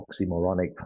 oxymoronic